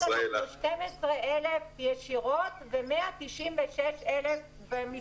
אנחנו 12,000 ישירות, ו-196,000 מסביב.